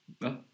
No